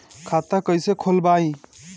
खाता कईसे खोलबाइ?